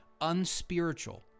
unspiritual